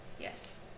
Yes